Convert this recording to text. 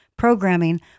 programming